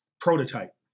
prototype